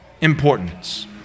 importance